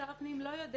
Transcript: שר הפנים לא יודע